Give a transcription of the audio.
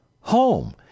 home